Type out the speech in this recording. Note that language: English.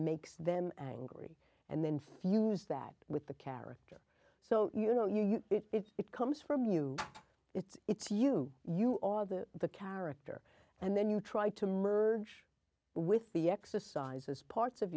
makes them angry and then fuse that with the characters so you know you it comes from you it's it's you you are the the character and then you try to merge with the exercises parts of